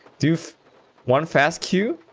duce one fast two